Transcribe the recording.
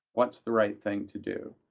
what's the right thing to do?